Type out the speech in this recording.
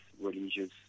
religious